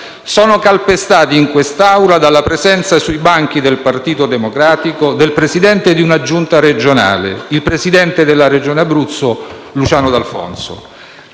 sono calpestati in quest'Aula dalla presenza sui banchi del Partito Democratico del presidente di una Giunta regionale, il presidente della Regione Abruzzo Luciano D'Alfonso.